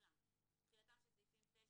אולם תחילתם של סעיפים 9,